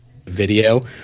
video